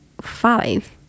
five